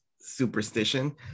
superstition